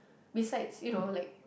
besides you know like